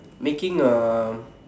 making a